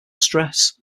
stress